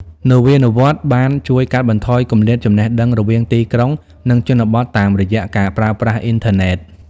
នវានុវត្តន៍បានជួយកាត់បន្ថយគម្លាតចំណេះដឹងរវាងទីក្រុង និងជនបទតាមរយៈការប្រើប្រាស់អ៊ីនធឺណិត។